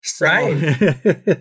Right